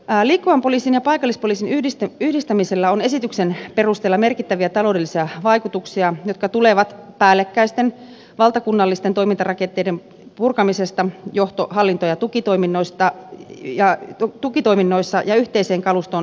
liikkuvan poliisin ja paikallispoliisin yhdistämisellä on esityksen perusteella merkittäviä ta loudellisia vaikutuksia jotka tulevat päällekkäisten valtakunnallisten toimintarakenteiden purkamisesta johto hallinto ja tukitoiminnoissa ja yhteiseen kalustoon siirtymisestä